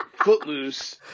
Footloose